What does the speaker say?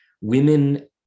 women